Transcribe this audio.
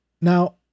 now